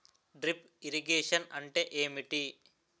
Drip irrigation అంటే ఏమిటి?